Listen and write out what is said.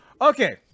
Okay